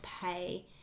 pay